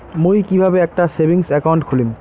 মুই কিভাবে একটা সেভিংস অ্যাকাউন্ট খুলিম?